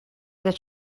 that